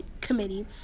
committee